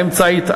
האמצעית,